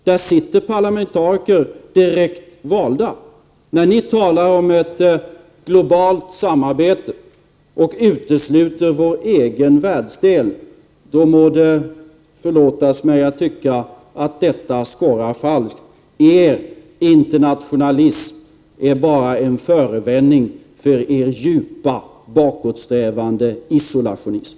Där sitter direkt valda parlamentariker. När ni talar om ett globalt samarbete men utesluter vår egen världsdel, må det förlåtas mig om jag tycker att det skorrar falskt. Er internationalism är bara en förevändning för er djupa, bakåtsträvande isolationism!